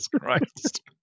Christ